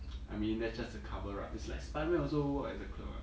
I mean that's just a cover up it's like spider-man also work as a clerk [what]